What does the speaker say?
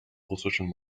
russischen